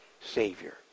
Savior